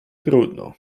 trudno